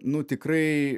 nu tikrai